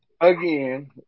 Again